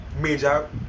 major